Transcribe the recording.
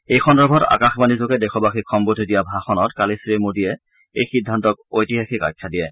এই সন্দৰ্ভত আকাশবাণীযোগে দেশবাসীক সম্বোধি দিয়া ভাষণত কালি শ্ৰী মোদীয়ে এই সিদ্ধান্তক ঐতিহাসিক আখ্যা দিয়ে